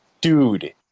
dude